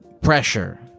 pressure